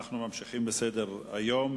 אנחנו ממשיכים בסדר-היום,